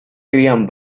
crían